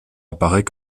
apparaît